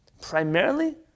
primarily